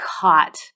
caught